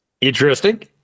Interesting